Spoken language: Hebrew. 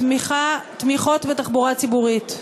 תמיכות בתחבורה הציבורית.